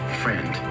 friend